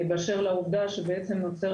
באשר לעובדה שבעצם נוצר